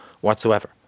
whatsoever